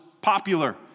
popular